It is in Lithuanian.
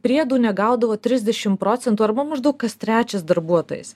priedų negaudavo trisdešimt procentų arba maždaug kas trečias darbuotojas